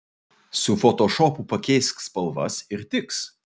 su fotošopu pakeisk spalvas ir tiks